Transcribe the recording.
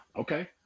Okay